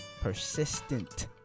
Persistent